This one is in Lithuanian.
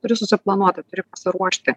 turi susiplanuoti turi pasiruošti